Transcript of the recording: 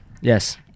Yes